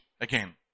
again